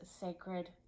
sacred